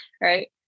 right